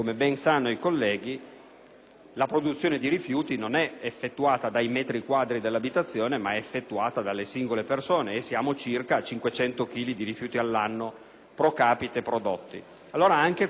la produzione di rifiuti non è effettuata dai metri quadri dell'abitazione ma dalle singole persone: siamo a circa a 500 chili di rifiuti l'anno *pro capite* prodotti.